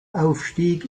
aufstieg